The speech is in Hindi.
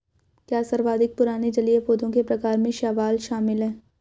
क्या सर्वाधिक पुराने जलीय पौधों के प्रकार में शैवाल शामिल है?